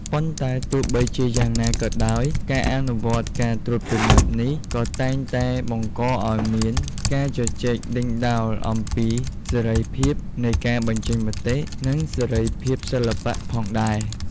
ប៉ុន្តែទោះបីជាយ៉ាងណាក៏ដោយ ការអនុវត្តការត្រួតពិនិត្យនេះ ក៏តែងតែបង្កឲ្យមាន ការជជែកដេញដោលអំពីសេរីភាពនៃការបញ្ចេញមតិ និងសេរីភាពសិល្បៈ ផងដែរ។